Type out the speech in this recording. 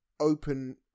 open